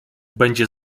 będzie